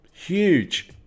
huge